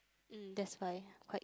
mm that's why quite